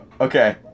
Okay